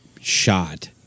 shot